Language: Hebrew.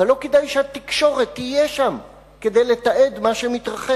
אבל לא כדאי שהתקשורת תהיה שם כדי לתעד את מה שמתרחש.